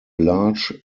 large